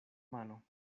mano